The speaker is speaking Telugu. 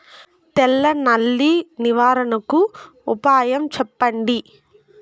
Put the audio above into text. తెల్ల నల్లి నివారణకు ఉపాయం చెప్పండి?